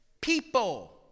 people